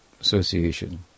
association